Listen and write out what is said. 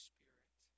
Spirit